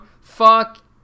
Fuck